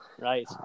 Right